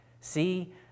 See